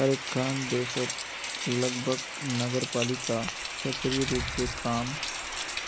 हर एकखन देशत लगभग नगरपालिका सक्रिय रूप स काम